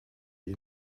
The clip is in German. die